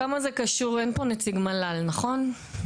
כמה זה קשור --- אין פה נציג מל"ל, נכון?